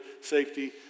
safety